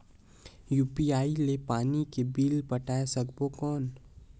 UPI ले पानी के बिल पटाय सकबो कौन?